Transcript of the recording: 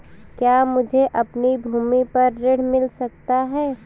क्या मुझे अपनी भूमि पर ऋण मिल सकता है?